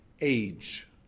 age